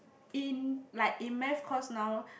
in like in Math course now